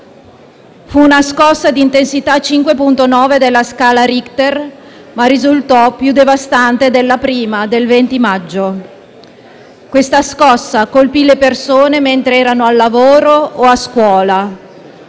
Fu una scossa di intensità 5,9 della scala Richter, ma risultò più devastante della prima del 20 maggio. Questa scossa colpì le persone mentre erano al lavoro o a scuola;